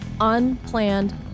unplanned